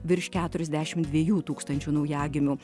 virš keturiasdešimt dviejų tūkstančių naujagimių